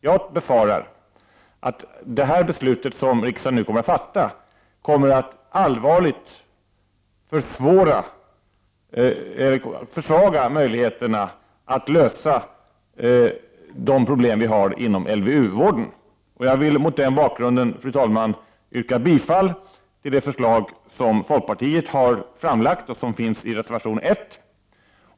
Jag befarar att det beslut som riksdagen nu kommer att fatta allvarligt kommer att försvaga möjligheterna att lösa de problem som vi har inom LVU-vården. Jag vill mot denna bakgrund, fru talman, yrka bifall till det förslag som folkpartiet har framlagt och som finns i reservation 1.